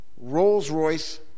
Rolls-Royce